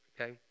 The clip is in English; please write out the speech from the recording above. okay